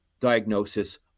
diagnosis